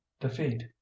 defeat